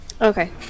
Okay